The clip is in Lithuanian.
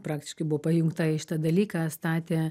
praktiškai buvo pajungta į šitą dalyką statė